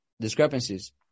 discrepancies